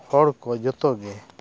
ᱦᱚᱲ ᱠᱚ ᱡᱚᱛᱚᱜᱮ